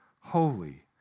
holy